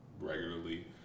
regularly